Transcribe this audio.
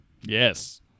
yes